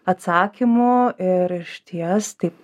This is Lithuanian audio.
atsakymo ir išties tai